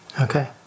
Okay